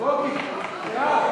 כהצעת